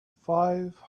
five